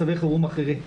מצבי חירום אחרים.